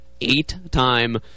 eight-time